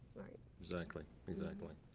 exactly. exactly.